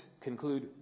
conclude